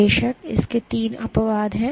बेशक इसके तीन अपवाद हैं